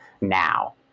now